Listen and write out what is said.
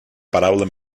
paraula